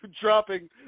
dropping